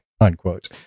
unquote